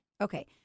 okay